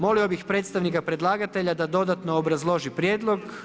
Molio bih predstavnika predlagatelja da dodatno obrazloži prijedlog.